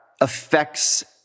affects